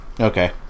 Okay